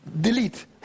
delete